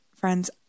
friends